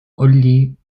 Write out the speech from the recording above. only